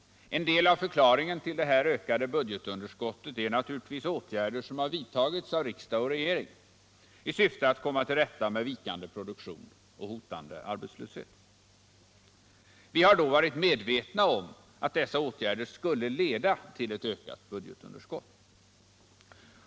En del av förklaringen till det här ökade budgetunderskottet är naturligtvis åtgärder som har vidtagits av regering och riksdag i syfte att komma till rätta med vikande produktion och hotande arbetslöshet. Vi har då varit medvetna om att dessa åtgärder skulle leda till ett ökat budgetunderskott.